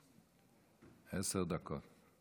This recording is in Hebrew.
עשר דקות.